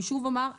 אני שוב אומר,